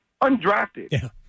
Undrafted